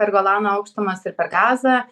per golano aukštumas ir per gazą